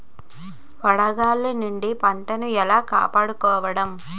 వడగాలి నుండి పంటను ఏలా కాపాడుకోవడం?